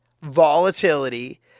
Volatility